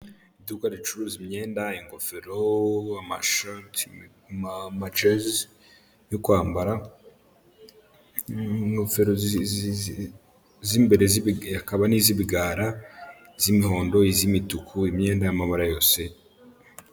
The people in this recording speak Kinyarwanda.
Iduka ricuruza imyenda, ingofero, amashati, amajezi yo kwambara, ingofero z'imbere hakaba n'iz'ibigara, iz'imihondo iz'imituku, imyenda y'amabara yose.